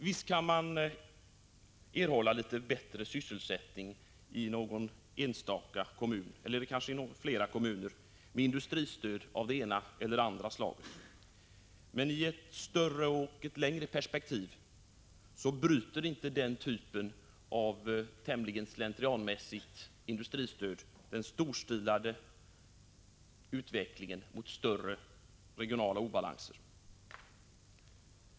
Visst kan man erhålla litet bättre sysselsättning i någon enstaka kommun eller kanske några flera med industristöd av det ena eller andra slaget, men i ett större och längre perspektiv bryter inte den typen av tämligen slentrianmässigt industristöd den mera storskaliga utvecklingen mot större regionala obalanser.